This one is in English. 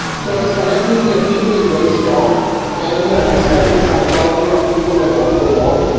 so his connection with the people is very strong and he understands the psychology of people and what they want,